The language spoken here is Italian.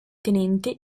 tenente